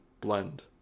blend